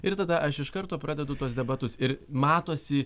ir tada aš iš karto pradedu tuos debatus ir matosi